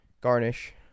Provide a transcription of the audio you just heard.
garnish